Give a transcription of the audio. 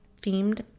themed